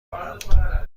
کنم